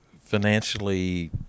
financially